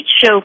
show